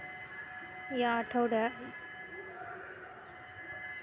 शेंग लागवडीसाठी योग्य जमीन कोणती?